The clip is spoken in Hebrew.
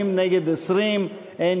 סעיפים 30 31, כהצעת הוועדה, נתקבלו.